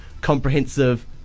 comprehensive